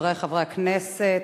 חברי חברי הכנסת,